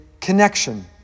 connection